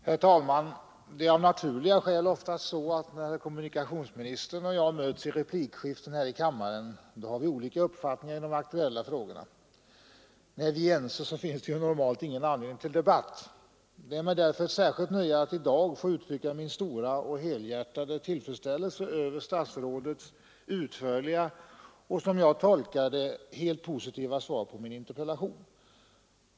Herr talman! Det är av naturliga skäl oftast så, att när herr kommunikationsministern och jag möts i replikskiften här i kammaren har vi olika uppfattningar i de aktuella frågorna — när vi är ense finns det ju normalt ingen anledning till debatt. Det är mig därför ett särskilt nöje att i dag få uttrycka min stora och helhjärtade tillfredsställelse över statsrådets utförliga och som jag tolkar det helt positiva svar på min interpellation.